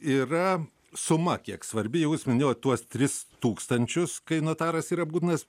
yra suma kiek svarbi jau jūs minėjot tuos tris tūkstančius kai notaras yra būtinas